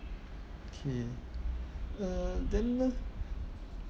okay uh then uh